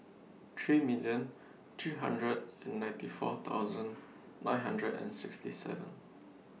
three million three hundred and ninety four thousand nine hundred and sixty seven